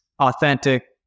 Authentic